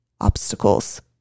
obstacles